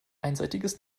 einseitiges